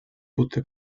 будто